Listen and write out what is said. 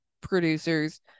producers